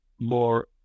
more